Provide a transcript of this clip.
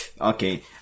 okay